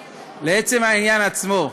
הערה בצחוק שלא במקומה,